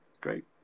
Great